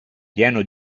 pieno